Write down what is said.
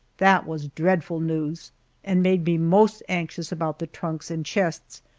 that was dreadful news and made me most anxious about the trunks and chests,